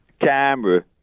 camera